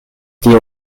tio